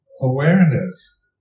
awareness